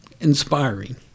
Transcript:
Inspiring